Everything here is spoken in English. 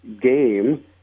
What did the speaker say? game